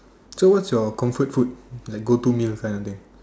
so what's your comfort food like go to meal kind of thing